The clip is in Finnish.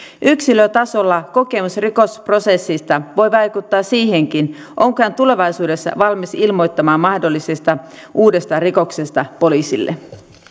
yksilötasolla kokemus rikosprosessista voi vaikuttaa siihenkin onko hän tulevaisuudessa valmis ilmoittamaan mahdollisesta uudesta rikoksesta poliisille